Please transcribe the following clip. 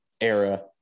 era